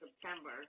September